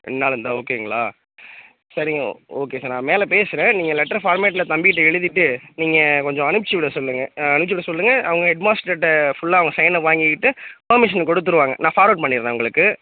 ரெண்டு நாள் இருந்தால் ஓகேங்களா சரிங்க ஓகே சார் நான் மேலே பேசுறேன் நீங்கள் லெட்ரு பார்மட்ல தம்பிகிட்ட எழுதிகிட்டு நீங்கள் கொஞ்சம் அனுப்பிச்சு விட சொல்லுங்கள் ஆ அனுப்பிச்சு விட சொல்லுங்கள் அவங்க ஹெட் மாஸ்டர் கிட்ட ஃபுல்லாக அவங்க சைன்னை வாங்கி கிட்டு பர்மிஷன் கொடுத்துடுவாங்க நான் ஃபார்வேட் பண்ணிவிடுறன் உங்களுக்கு